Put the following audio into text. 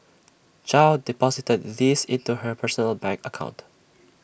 chow deposited these into her personal bank account